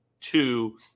two